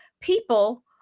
people